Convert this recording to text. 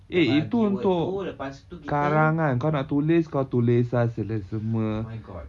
eh itu untuk karangan kau nak tulis kau tulis lah selesema